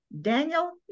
Daniel